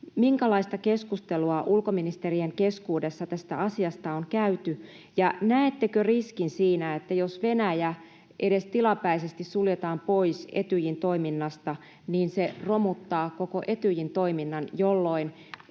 Minkälaista keskustelua ulkoministerien keskuudessa tästä asiasta on käyty? Näettekö riskin siinä, että jos Venäjä edes tilapäisesti suljetaan pois Etyjin toiminnasta, niin se romuttaa koko Etyjin toiminnan, [Puhemies